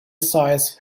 sites